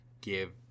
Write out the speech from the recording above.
give